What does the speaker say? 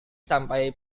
sampai